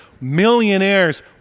millionaires